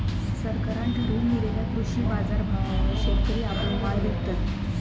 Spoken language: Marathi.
सरकारान ठरवून दिलेल्या कृषी बाजारभावावर शेतकरी आपलो माल विकतत